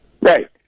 right